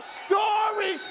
story